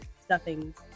stuffings